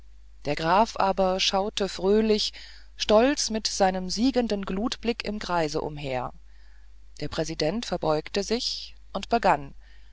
der graf aber schaute fröhlich stolz mit seinem siegenden glutblick im kreise umher der präsident verbeugte sich und begann